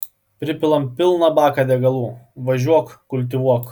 pripilam pilną baką degalų važiuok kultivuok